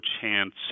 chance